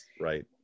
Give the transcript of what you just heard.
Right